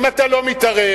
אם אתה לא מתערב,